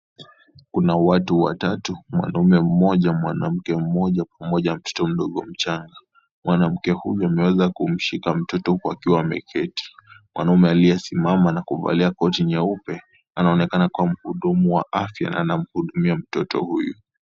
Kuna watu watatu mwanamme mmoja, mwanamke mmoja pamoja na mtoto mdogo mchanga. Mwanamke huyu ameweza kumshika mtoto huku akiwa ameketi. Mwanamme aliyesimama na kuvalia koti nyeupe anaonekana kuwa muhudumu wa afya na anamhudumia mtoto huyu.